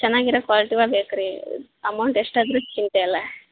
ಚೆನ್ನಾಗಿರೋ ಕ್ವಾಲಿಟಿವೇ ಬೇಕು ರೀ ಅಮೌಂಟ್ ಎಷ್ಟಾದರೂ ಚಿಂತೆಯಿಲ್ಲ